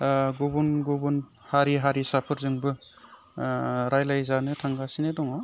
गुबुन गुबुन हारि हारिसाफोरजोंबो रायज्लायजानो थांगासिनो दङ